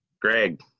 Greg